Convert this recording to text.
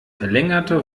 verlängerte